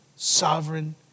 Sovereign